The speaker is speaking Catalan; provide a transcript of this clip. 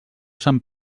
sant